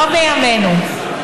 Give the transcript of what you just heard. לא בימינו.